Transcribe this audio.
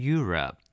Europe